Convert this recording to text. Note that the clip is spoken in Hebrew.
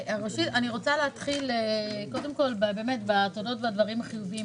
אני רוצה להתחיל קודם כול בתודות ובדברים החיוביים.